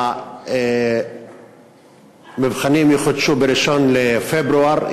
שהמבחנים יחודשו ב-1 בפברואר.